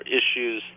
issues